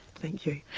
thank you.